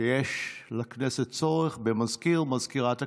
שיש לכנסת צורך במזכיר או מזכירת הכנסת.